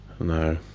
no